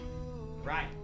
right